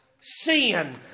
sin